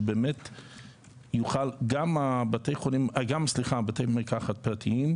שגם בתי המרקחת הפרטיים,